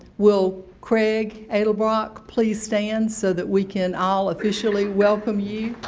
will craig edelbrock please stand so that we can all officially welcome you?